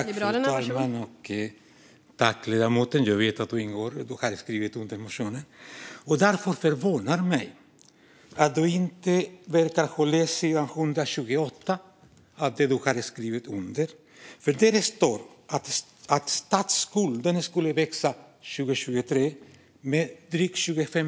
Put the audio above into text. Fru talman! Jag vet att du ingår i budgetgruppen, Ida Gabrielsson; du har skrivit under motionen. Därför förvånar det mig att du inte verkar ha läst sidan 128 i det du har skrivit under. Där står det att statsskulden skulle växa med drygt 25 miljarder 2023.